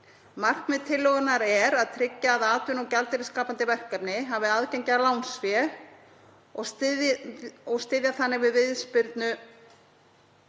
Markmið tillögunnar er að tryggja að atvinnu- og gjaldeyrisskapandi verkefni hafi aðgengi að lánsfé og styðja þannig við viðspyrnu